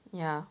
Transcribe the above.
ya